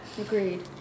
Agreed